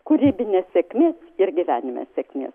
kūrybinė sėkmė ir gyvenime sėkmė